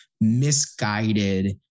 misguided